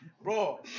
Bro